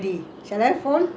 என்ன இது:enna ithu